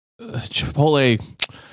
Chipotle